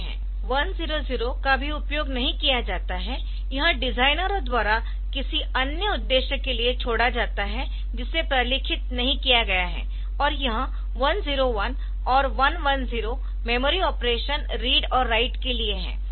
1 0 0 का भी उपयोग नहीं किया जाता है यह डिजाइनरों द्वारा किसी अन्य उद्देश्य के लिए छोड़ा जाता है जिसे प्रलेखित नहीं किया गया है और यह 1 0 1 और 1 1 0 मेमोरी ऑपरेशन रीड और राइट के लिए है